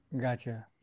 Gotcha